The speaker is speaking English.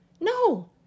No